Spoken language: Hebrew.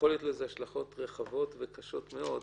השלכות רחבות וקשות מאוד.